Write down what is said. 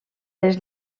les